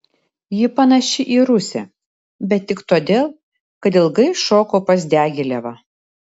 ji panaši į rusę bet tik todėl kad ilgai šoko pas diagilevą